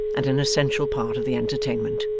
and an essential part of the entertainment.